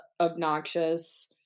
obnoxious